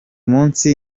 munsi